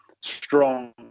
strong